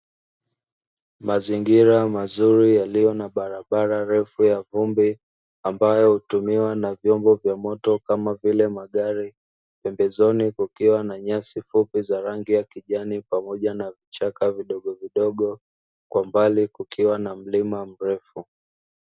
Mazingira mazuri yaliyo na barabara refu ya vumbi ambayo hutumiwa na vyombo vya moto kama vile magari. Pembezoni kukiwa na nyasi fupi za rangi ya kijani pamoja na vichaka vidogovidogo kwa mbali kukiwa na mlima mrefu.